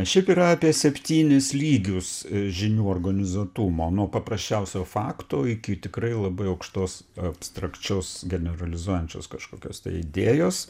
šiaip yra apie septynis lygius žinių organizuotumo nuo paprasčiausio fakto iki tikrai labai aukštos abstrakčios generalizuojančios kažkokios tai idėjos